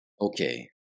Okay